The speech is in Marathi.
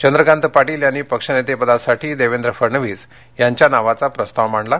चंद्रकांत पाटील यांनी पक्षनेतेपदासाठी देवेंद्र फडणवीस यांच्या नावाचा प्रस्ताव मांडला